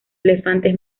elefantes